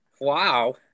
wow